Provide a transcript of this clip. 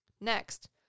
Next